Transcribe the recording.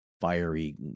fiery